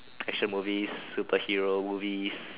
action movies superhero movies